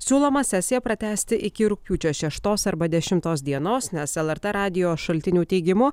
siūloma sesiją pratęsti iki rugpjūčio šeštos arba dešimtos dienos nes lrt radijo šaltinių teigimu